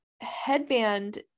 headband